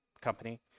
company